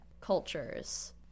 cultures